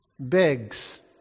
Begs